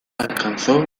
alcanzó